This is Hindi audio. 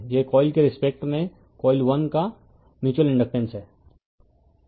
यह कॉइल के रिस्पेक्ट में कॉइल 1 का म्यूच्यूअल इंडकटेन्स है